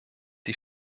die